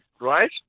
right